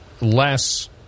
less